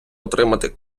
отримати